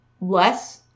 less